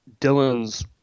Dylan's